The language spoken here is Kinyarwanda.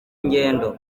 ingendo